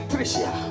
Tricia